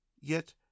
Yet